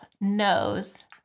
knows